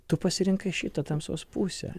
tu pasirinkai šitą tamsos pusę